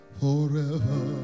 forever